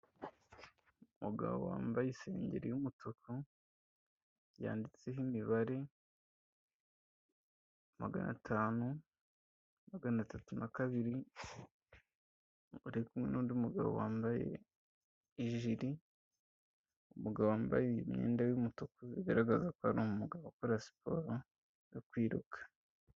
Umugabo wambaye isengeri y'umutuku, yanditseho imibare magana tanu, magana tatu n'akabiri, uri kumwe nundi mugabo wambaye ijiri. Umugabo wambaye imyenda y'umutuku igaragaza ko ari umugabo ukora siporo yo kwiruka.